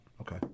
Okay